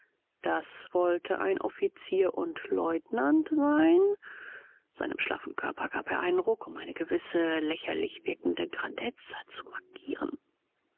das wollte ein offizier und leutnant sein seinem schlaffen körper gab er einen ruck um eine gewisse lächerlich wirkende grandezza zu markieren